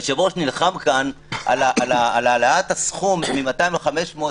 היושב-ראש נלחם כאן על העלאת הסכום מ-200 ל-500,